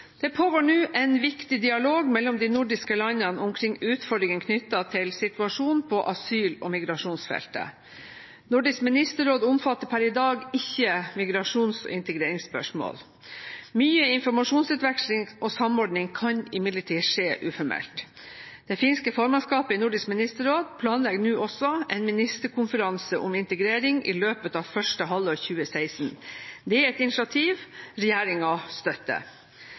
Det pågår nå en viktig dialog mellom de nordiske landene omkring utfordringene knyttet til situasjonen på asyl- og migrasjonsfeltet. Nordisk ministerråd omfatter per i dag ikke migrasjons- og integreringsspørsmål. Mye informasjonsutveksling og samordning kan imidlertid skje uformelt. Det finske formannskapet i Nordisk ministerråd planlegger nå også en ministerkonferanse om integrering i løpet av første halvår 2016. Det er et initiativ regjeringen støtter.